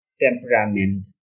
temperament